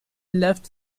left